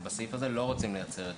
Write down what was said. ובסעיף הזה אנחנו לא רוצים לייצר את